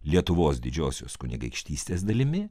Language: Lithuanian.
lietuvos didžiosios kunigaikštystės dalimi